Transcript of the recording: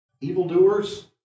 evildoers